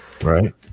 Right